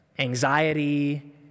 Anxiety